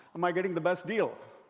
am i getting the best deal?